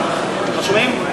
לא שומעים?